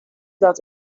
that